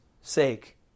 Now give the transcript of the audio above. sake